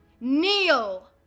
Kneel